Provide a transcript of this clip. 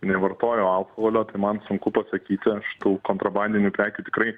nevartoju alkoholio tai man sunku pasakyti aš tų kontrabandinių prekių tikrai